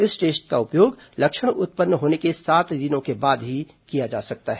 इस टेस्ट का उपयोग लक्षण उत्पन्न होने के सात दिनों के बाद ही किया जा सकता है